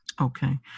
Okay